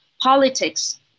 politics